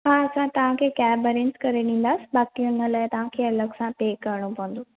हा असां तव्हां खे कैब अरेंज करे ॾींदासीं बाक़ी हुन लाइ तव्हां खे अलॻि सां पे करिणो पवंदो